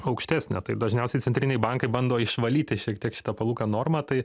aukštesnė tai dažniausiai centriniai bankai bando išvalyti šiek tiek šitą palūkanų normą tai